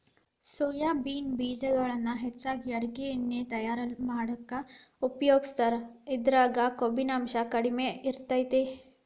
soybean ಬೇಜಗಳನ್ನ ಹೆಚ್ಚಾಗಿ ಅಡುಗಿ ಎಣ್ಣಿ ತಯಾರ್ ಮಾಡಾಕ ಉಪಯೋಗಸ್ತಾರ, ಇದ್ರಾಗ ಕೊಬ್ಬಿನಾಂಶ ಕಡಿಮೆ ಇರತೇತಿ